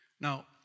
Now